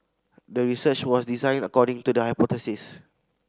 the research was designed according to the hypothesis